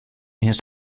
his